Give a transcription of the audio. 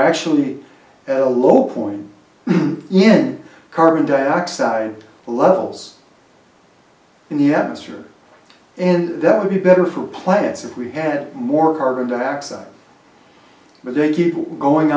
actually at a low point in carbon dioxide levels in the atmosphere and that would be better for plants if we had more carbon dioxide but they keep going